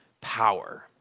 power